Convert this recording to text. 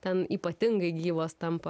ten ypatingai gyvos tampa